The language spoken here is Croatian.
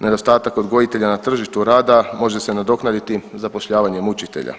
Nedostatak odgojitelja na tržištu rada može se nadoknaditi zapošljavanjem učitelja